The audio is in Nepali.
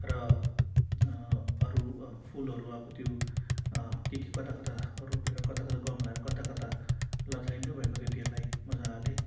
र अरू फुलहरू अब त्यो के के कता कता रोपेर कता कता गमलाहरू कता कता लथालिङ्ग भएको त्योहरूलाई मजाले